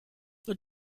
the